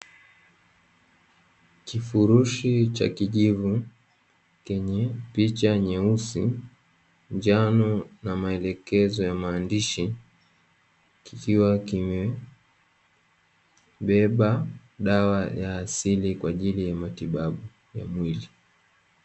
Kifurushi cha kijivu chenye picha nyeusi njano na maelekezo ya maandishi, kikiwa kimebeba dawa ya asili kwa ajili ya matibabu ya mwili.